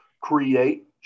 create